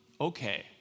okay